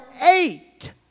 eight